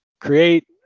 create